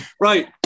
right